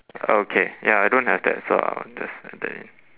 okay ya I don't have that so I'll just circle it